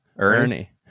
ernie